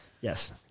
yes